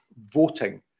voting